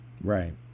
Right